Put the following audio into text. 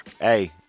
Hey